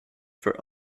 for